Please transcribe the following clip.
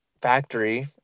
factory